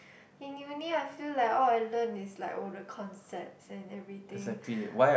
in uni I feel like all I learn is like all the concepts and everything